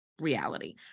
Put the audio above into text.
reality